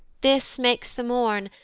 this makes the morn,